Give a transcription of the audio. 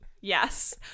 Yes